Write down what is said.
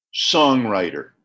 songwriter